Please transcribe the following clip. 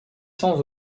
sans